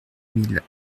mille